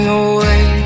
away